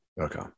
okay